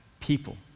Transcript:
people